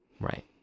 Right